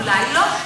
אולי לא.